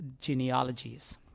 genealogies